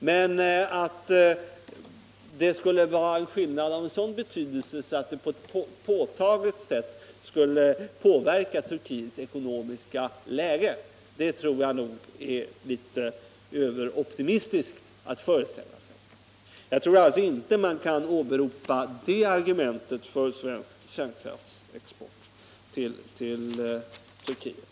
Men jag tror att det är litet överoptimistiskt att föreställa sig att skillnaden skulle vara av sådan betydelse att den på ett påtagligt sätt skulle påverka Turkiets ekonomiska läge. Jag tror alltså inte att man kan åberopa det argumentet för svensk kärnkraftsexport till Turkiet.